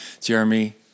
Jeremy